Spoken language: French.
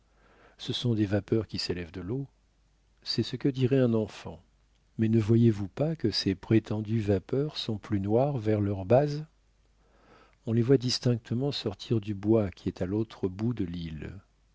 ce sont des vapeurs qui s'élèvent de l'eau c'est ce que dirait un enfant mais ne voyez-vous pas que ces prétendues vapeurs sont plus noires vers leur base on les voit distinctement sortir du bois qui est à l'autre bout de l'île